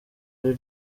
ari